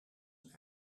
een